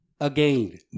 again